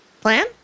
Plan